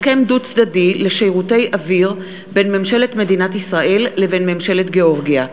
הסכם דו-צדדי לשירותי אוויר בין ממשלת מדינת ישראל לבין מדינת גאורגיה,